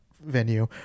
venue